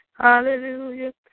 Hallelujah